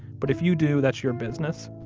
but if you do, that's your business.